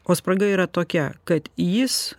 o spraga yra tokia kad jis